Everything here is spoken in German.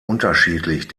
unterschiedlich